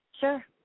Sure